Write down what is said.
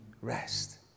rest